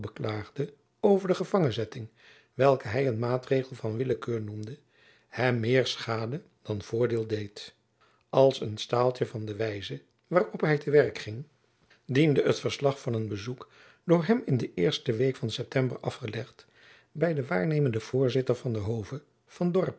over de gevangen zetting welke hy een maatregel van willekeur noemde hem meer schade dan voordeel deed als een staaltjen van de wijze waarop hy te werk ging diene het verslag van een bezoek door hem in de eerste week van september afgelegd by den waarnemenden voorzitter van den hove van dorp